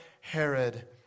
Herod